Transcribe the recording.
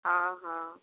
ହଁ ହଁ